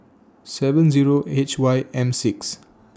seven Zero H Y M six